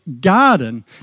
garden